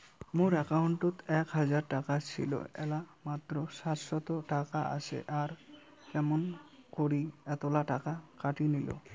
মোর একাউন্টত এক হাজার টাকা ছিল এলা মাত্র সাতশত টাকা আসে আর কেমন করি এতলা টাকা কাটি নিল?